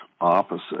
opposite